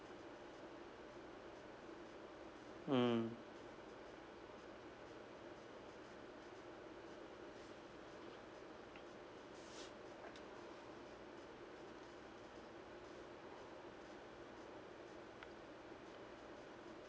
mm